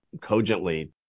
cogently